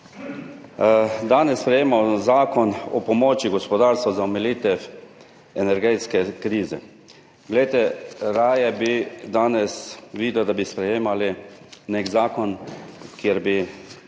Danes sprejemamo Zakon o pomoči gospodarstvu za omilitev energetske krize. Raje bi videli, da bi danes sprejemali nek zakon, kjer bi